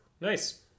Nice